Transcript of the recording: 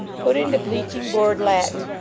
put into bleaching board latin,